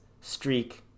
streak